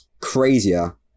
crazier